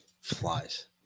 Flies